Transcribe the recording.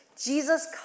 Jesus